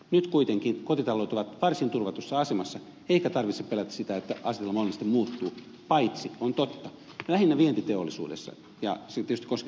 nyt kuitenkin kotitaloudet ovat varsin turvatussa asemassa eikä tarvitse pelätä sitä että asetelma olennaisesti muuttuu paitsi se on totta lähinnä vientiteollisuudessa ja se tietysti koskettaa ed